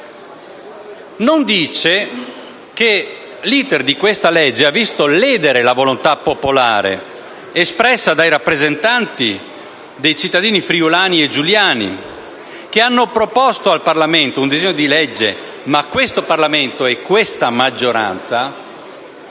non dice che l'*iter* di questo disegno di legge ha visto ledere la volontà popolare espressa dai rappresentanti dei cittadini friulani e giuliani, che hanno proposto al Parlamento un disegno di legge. Ma questo Parlamento e questa maggioranza